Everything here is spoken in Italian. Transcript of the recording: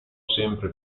sempre